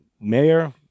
mayor